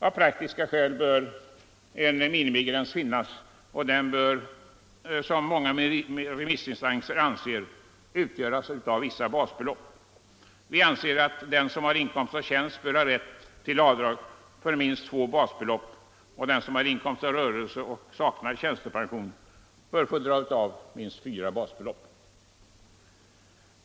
Av praktiska skäl bör en minimigräns finnas, och den bör, som många remissinstanser anser, utgöras av vissa basbelopp. Vi anser att den som har inkomst av tjänst bör ha rätt till avdrag för minst två basbelopp, och den som har inkomst av rörelse och saknar tjänstepension bör få dra av minst fyra basbelopp.